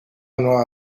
nueva